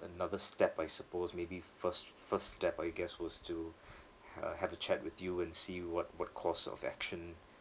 a~ another step I suppose maybe first first step I guess was to ha~ have a chat with you and see what what course of action